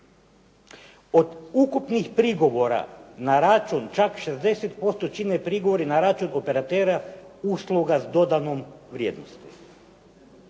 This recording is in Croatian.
Od ukupnih prigovora na račun, čak 60% čine prigovori na račun operatera usluga s dodanom vrijednosti.